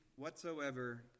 Whatsoever